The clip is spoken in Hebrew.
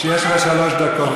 יש לך שלוש דקות.